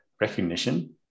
recognition